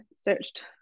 searched